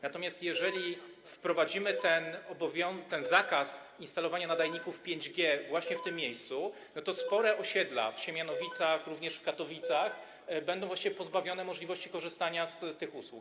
Natomiast jeżeli wprowadzimy zakaz instalowania nadajników 5G właśnie w tym miejscu, to spore osiedla w Siemianowicach, również w Katowicach będą właściwie pozbawione możliwości korzystania z tych usług.